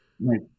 Right